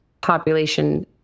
population